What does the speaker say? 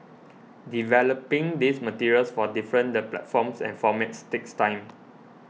developing these materials for different the platforms and formats takes time